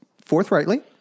forthrightly